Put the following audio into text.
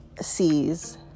sees